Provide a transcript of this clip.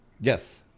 yes